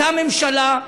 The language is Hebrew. אותה ממשלה,